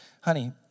honey